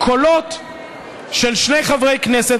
קולות של שני חברי כנסת,